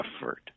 effort